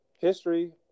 History